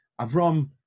Avram